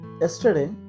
Yesterday